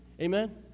Amen